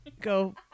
go